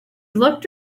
looked